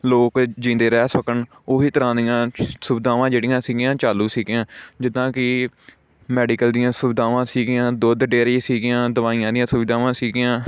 ਲੋਕ ਜਿਉਂਦੇ ਰਹਿ ਸਕਣ ਉਹੀ ਤਰ੍ਹਾਂ ਦੀਆਂ ਸੁਵਿਧਾਵਾਂ ਜਿਹੜੀਆਂ ਸੀਗੀਆਂ ਚਾਲੂ ਸੀਗੀਆਂ ਜਿੱਦਾਂ ਕਿ ਮੈਡੀਕਲ ਦੀਆਂ ਸੁਵਿਧਾਵਾਂ ਸੀਗੀਆਂ ਦੁੱਧ ਡੇਅਰੀ ਸੀਗੀਆਂ ਦਵਾਈਆਂ ਦੀਆਂ ਸੁਵਿਧਾਵਾਂ ਸੀਗੀਆਂ